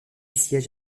siège